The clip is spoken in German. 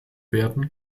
werden